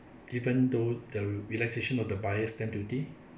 even though the relaxation of the buyer's stamp duty